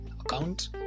account